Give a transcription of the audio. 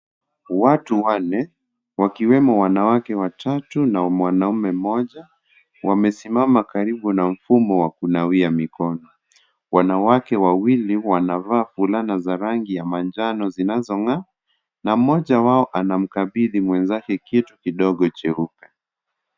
Watu wanne, wakiwemo wanawake watatu na mwanaume mmoja. Wamesimama karibu na ufumo wa kunawia mikono. Wanawake wawili, wanavaa fulana za rangi ya manjano zinazong'aa na mmoja wao, anamkabidhi mwenzake kitu kidogo cheupe.